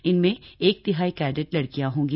इनमें एक तिहाई कैडेट लड़कियां होंगी